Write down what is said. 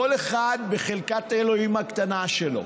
כל אחד בחלקת האלוהים הקטנה שלו,